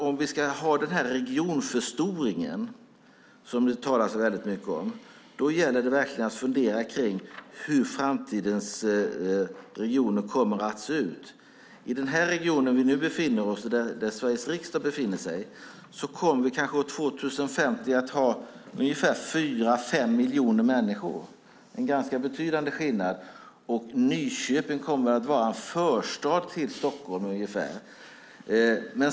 Om vi har den regionförstoring som det talas så mycket om gäller det verkligen att fundera på hur framtidens regioner kommer att se ut. I den region där Sveriges riksdag befinner sig kommer vi kanske år 2050 att ha ungefär fyra fem miljoner människor. Det är en ganska betydande skillnad. Nyköping kommer att vara en förstad till Stockholm.